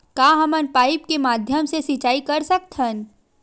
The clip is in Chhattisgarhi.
का हमन पाइप के माध्यम से सिंचाई कर सकथन?